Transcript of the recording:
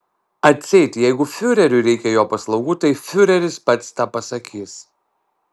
atseit jeigu fiureriui reikia jo paslaugų tai fiureris pats tą pasakys